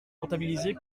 comptabilisées